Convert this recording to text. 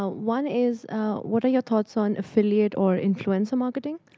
ah one is what are your thoughts on affiliate or influencer marketing?